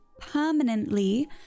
permanently